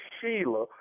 Sheila